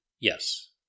Yes